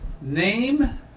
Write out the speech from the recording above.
name